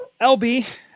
LB